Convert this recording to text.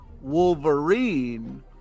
Wolverine